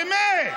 באמת.